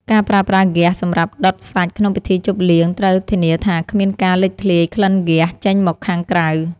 ការប្រើប្រាស់ហ្គាសសម្រាប់ដុតសាច់ក្នុងពិធីជប់លៀងត្រូវធានាថាគ្មានការលេចធ្លាយក្លិនហ្គាសចេញមកខាងក្រៅ។